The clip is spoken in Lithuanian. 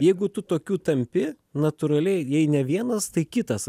jeigu tu tokiu tampi natūraliai jei ne vienas tai kitas